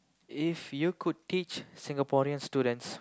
if you could teach Singaporean students